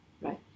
Right